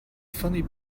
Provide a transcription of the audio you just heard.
funny